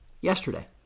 yesterday